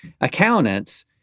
accountants